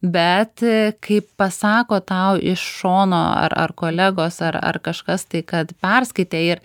bet kaip pasako tau iš šono ar ar kolegos ar ar kažkas tai kad perskaitė ir